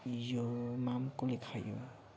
यो माम कसले खायो